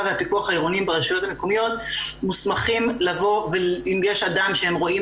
והפיקוח העירוני ברשויות המקומיות מוסמכים לבוא ואם יש אדם שהם רואים